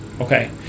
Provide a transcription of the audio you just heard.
okay